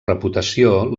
reputació